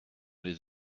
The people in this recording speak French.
les